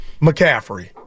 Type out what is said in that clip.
McCaffrey